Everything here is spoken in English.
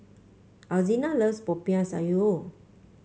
Alzina loves Popiah Sayur